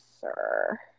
Sir